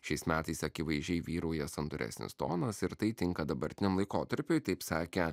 šiais metais akivaizdžiai vyrauja santūresnis tonas ir tai tinka dabartiniam laikotarpiui taip sakė